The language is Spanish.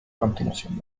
continuación